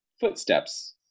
footsteps